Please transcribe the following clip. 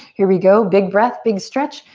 here we go, big breath, big stretch.